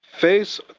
face